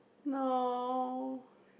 oh